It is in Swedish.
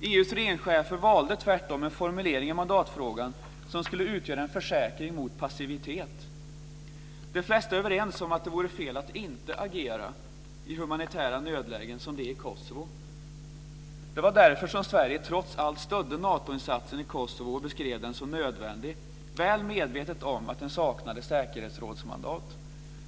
EU:s regeringschefer valde tvärtom en formulering i mandatfrågan som skulle utgöra en försäkring mot passivitet. De flesta är överens om att det vore fel att inte agera i humanitära nödlägen som det i Kosovo. Det var därför som Sverige trots allt stödde Natoinsatsen i Kosovo och beskrev den som nödvändig, väl medvetet om att den saknade säkerhetsrådsmandat.